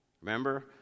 remember